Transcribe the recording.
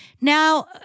Now